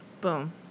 Boom